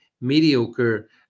mediocre